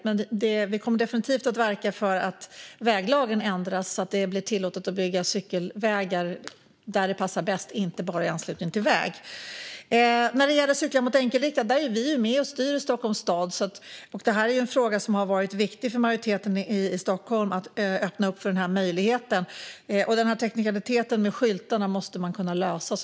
Men vi kommer definitivt att verka för att väglagen ska ändras så att det blir tillåtet att bygga cykelvägar där det passar bäst, inte bara i anslutning till väg. Apropå att cykla mot enkelriktat är vi ju med och styr Stockholms stad, och det har varit en viktig fråga för majoriteten i Stockholm att öppna upp för denna möjlighet. Teknikaliteten med skyltarna måste gå att lösa.